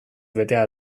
betea